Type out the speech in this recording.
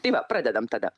tai va pradedam tada